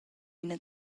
ina